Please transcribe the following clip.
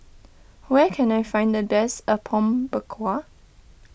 where can I find the best Apom Berkuah